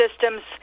systems